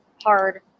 hard